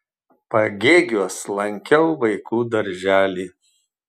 pagėgiuos lankiau vaikų darželį